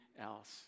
else